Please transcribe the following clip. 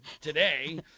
today